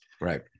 Right